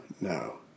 No